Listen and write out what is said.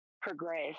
progress